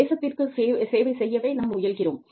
தேசத்திற்கு சேவை செய்யவே நாம் முயல்கிறோம்